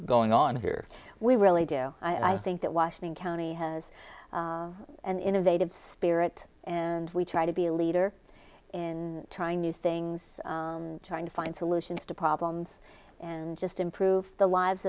going on here we really do i think that washington county has an innovative spirit and we try to be a leader in trying new things trying to find solutions to problems and just improve the lives